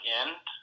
end